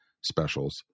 specials